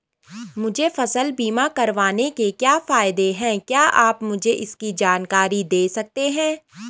मुझे फसल बीमा करवाने के क्या फायदे हैं क्या आप मुझे इसकी जानकारी दें सकते हैं?